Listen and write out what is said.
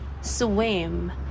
swim